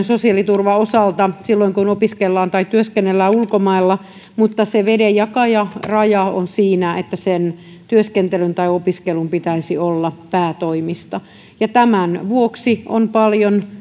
sosiaaliturvan osalta silloin kun opiskellaan tai työskennellään ulkomailla mutta se vedenjakaja raja on siinä että sen työskentelyn tai opiskelun pitäisi olla päätoimista tämän vuoksi on paljon